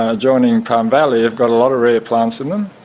ah joining palm valley have got a lot of rare plants in them.